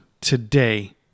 today